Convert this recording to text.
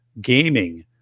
gaming